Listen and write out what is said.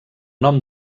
nom